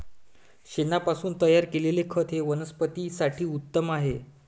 शेणापासून तयार केलेले खत हे वनस्पतीं साठी उत्तम आहे